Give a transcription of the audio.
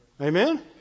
Amen